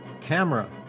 Camera